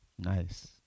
nice